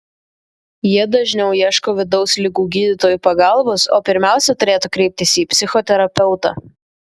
jie dažniau ieško vidaus ligų gydytojų pagalbos o pirmiausia turėtų kreiptis į psichoterapeutą